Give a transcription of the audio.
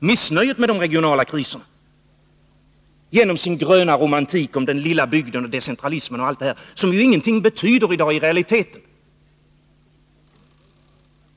och de regionala kriserna, genom den gröna romantiken om den lilla bygden, decentralismen och annat som ju ingenting betyder i dag i realiteten.